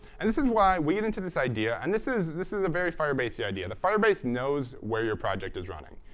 and this is why we get into this idea and this is this is a very firebasey idea. the firebase knows where your project is running.